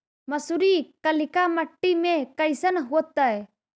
मसुरी कलिका मट्टी में कईसन होतै?